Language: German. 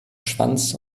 schwanz